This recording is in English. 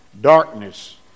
darkness